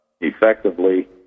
effectively